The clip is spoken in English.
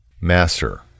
Master